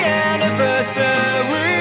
anniversary